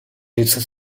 its